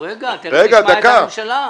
רגע, תכף תשמע את הממשלה.